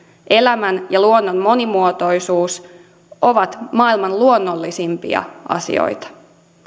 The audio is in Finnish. elämän ja luonnon monimuotoisuus ovat maailman luonnollisimpia asioita